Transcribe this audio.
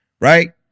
Right